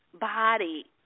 body